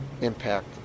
impact